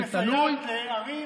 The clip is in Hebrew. והיא מסייעת לערים,